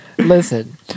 Listen